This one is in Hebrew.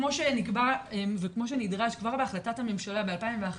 כמו שנקבע וכמו שנדרש כבר בהחלטת הממשלה ב-2011,